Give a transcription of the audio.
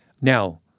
Now